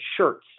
shirts